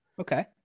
Okay